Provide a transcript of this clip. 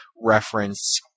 reference